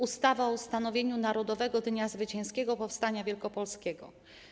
Ustawa o ustanowieniu Narodowego Dnia Zwycięskiego Powstania Wielkopolskiego.